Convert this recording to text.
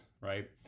right